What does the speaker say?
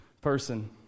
person